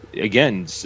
again